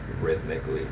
rhythmically